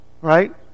Right